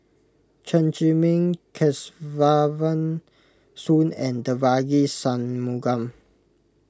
Chen Zhiming Soon and Devagi Sanmugam